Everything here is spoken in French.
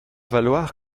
valoir